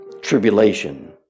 Tribulation